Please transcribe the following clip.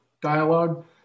dialogue